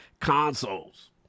consoles